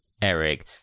Eric